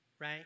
right